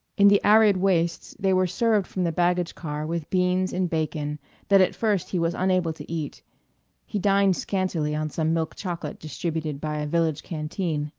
in the arid wastes they were served from the baggage-car with beans and bacon that at first he was unable to eat he dined scantily on some milk chocolate distributed by a village canteen.